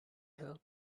helped